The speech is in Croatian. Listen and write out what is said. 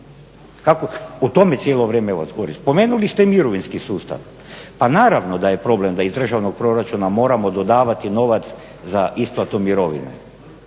o tome cijelo vam govorim. Spomenuli ste mirovinski sustav, pa naravno da je problem da iz državnog proračuna moramo dodavati novac za isplatu mirovine,